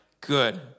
Good